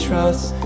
Trust